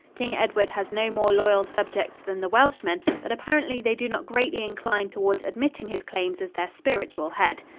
king edward has no more loyal subjects than the welshmen, but apparently they do not greatly incline towards admitting his claims as their spiritual head.